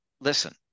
listen